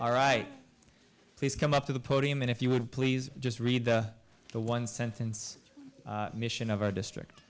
all right please come up to the podium and if you would please just read the one sentence mission of our district